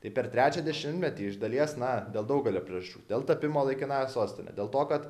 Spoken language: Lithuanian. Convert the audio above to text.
tai per trečią dešimtmetį iš dalies na dėl daugelio priežasčių dėl tapimo laikinąja sostine dėl to kad